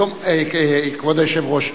כבוד היושב-ראש,